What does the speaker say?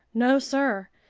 no, sir,